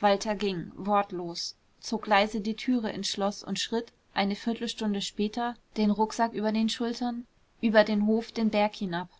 walter ging wortlos zog leise die türe ins schloß und schritt eine viertelstunde später den rucksack über den schultern über den hof den berg hinab